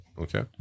okay